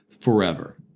forever